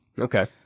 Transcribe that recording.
Okay